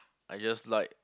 I just like